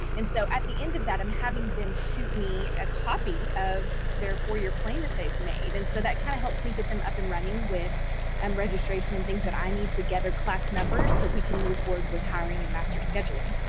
and so, at the end of that, i'm having them shoot me a copy of their four-year plan that they've made and so that kind of helps me get them up in running with and registration and things that i need to gather, class numbers, so we can move forward with hiring and master scheduling,